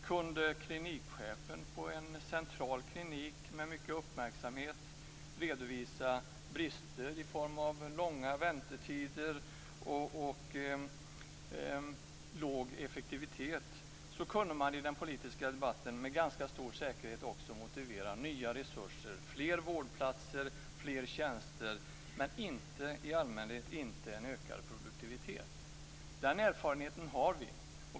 Kunde klinikchefen på en central klinik med mycket uppmärksamhet som följd redovisa brister i form av långa väntetider och låg effektivitet kunde man i den politiska debatten med ganska stor säkerhet också motivera nya resurser, fler vårdplatser, fler tjänster, men det innebar i allmänhet inte en ökad produktivitet. Den erfarenheten har vi.